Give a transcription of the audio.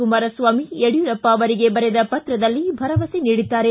ಕುಮಾರಸ್ವಾಮಿ ಯಡಿಯೂರಪ್ಪ ಅವರಿಗೆ ಬರೆದ ಪತ್ರದಲ್ಲಿ ಭರವಸೆ ನೀಡಿದ್ದಾರೆ